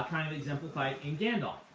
kind of exemplified in gandalf.